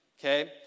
okay